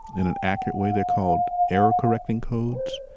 in an accurate way. they're called error-correcting codes.